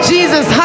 Jesus